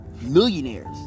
millionaires